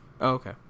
okay